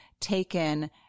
taken